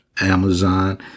Amazon